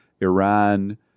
Iran